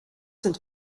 sind